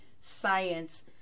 science